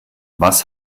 was